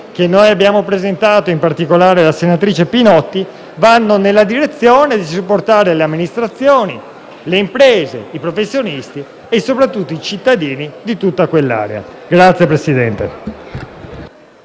che abbiamo presentato, in particolare la senatrice Pinotti, vanno nella direzione di supportare le amministrazioni, le imprese, i professionisti e, soprattutto, i cittadini di tutta quell'area. *(Applausi del